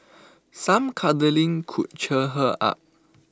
some cuddling could cheer her up